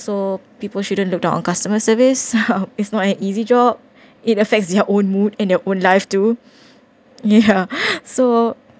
so people shouldn't look down on customer service is not an easy job it affects their own mood and their own life too ya so